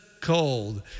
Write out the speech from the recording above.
cold